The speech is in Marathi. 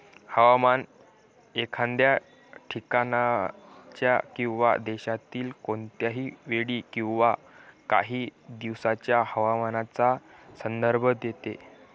हवामान एखाद्या ठिकाणाच्या किंवा देशातील कोणत्याही वेळी किंवा काही दिवसांच्या हवामानाचा संदर्भ देते